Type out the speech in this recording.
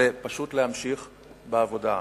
זה פשוט להמשיך בעבודה.